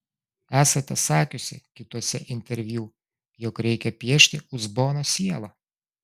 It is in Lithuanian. esate sakiusi kituose interviu jog reikia piešti uzbono sielą